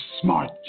smart